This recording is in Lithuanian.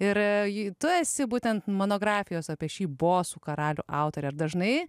ir tu esi būtent monografijos apie šį bosų karalių autorė ar dažnai